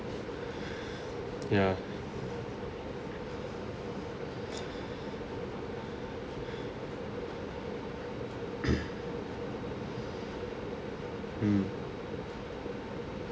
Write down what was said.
ya mm